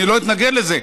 אני לא אתנגד לזה,